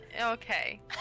Okay